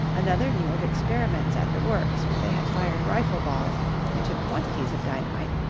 another knew of experiments at the works where they had fired rifle-balls into quantities of dynamite,